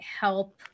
help